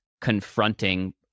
confronting